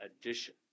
addition